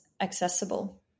accessible